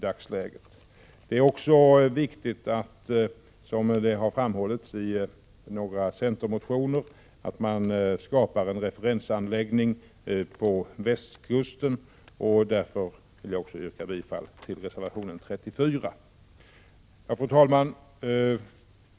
Det är också viktigt — som det har framhållits i några centermotioner — att man skapar en referensanläggning på västkusten. Därför vill jag också yrka bifall till reservation 34. Fru talman!